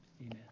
Amen